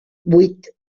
buit